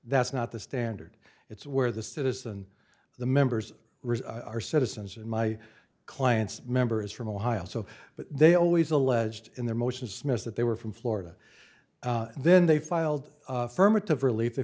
that's not the standard it's where the citizen the members are citizens and my client's member is from ohio so but they always alleged in their motions smith that they were from florida then they filed firmat of relief they